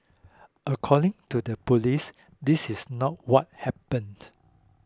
according to the police this is not what happened